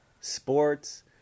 sports